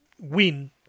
win